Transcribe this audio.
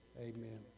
Amen